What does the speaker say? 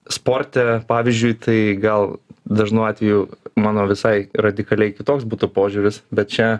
sporte pavyzdžiui tai gal dažnu atveju mano visai radikaliai kitoks būtų požiūris bet čia